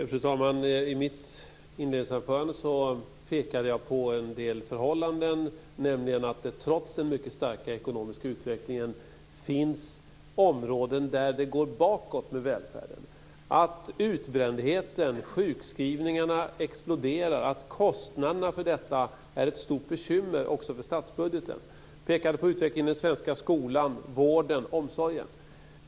Fru talman! I mitt inledningsanförande pekade jag på en del förhållanden, nämligen att det trots den starka ekonomiska utvecklingen finns områden där det går bakåt med välfärden. Det är t.ex. att utbrändheten och sjukskrivningarna exploderar och att kostnaderna för detta är ett stort bekymmer också för statsbudgeten. Jag pekade på utvecklingen i den svenska skolan, vården och omsorgen.